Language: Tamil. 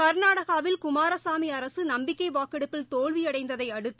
கர்நாடகாவில் குமாரசாமிஅரசுநம்பிக்கைவாக்கெடுப்பில் தோல்வியடைந்ததைஅடுத்து